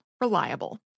reliable